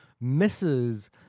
misses